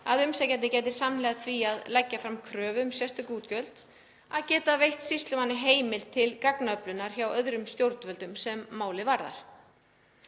að umsækjandi gæti samhliða því að leggja fram kröfur um sérstök útgjöld veitt sýslumanni heimild til gagnaöflunar hjá öðrum stjórnvöldum sem málið varðar.